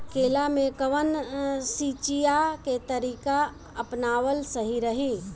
केला में कवन सिचीया के तरिका अपनावल सही रही?